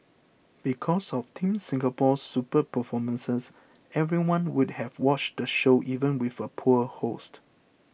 because of Team Singapore's superb performances everyone would have watched the show even with a poor host